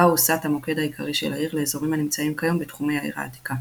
בה הוסט המוקד העיקרי של העיר לאזורים הנמצאים כיום בתחומי העיר העתיקה.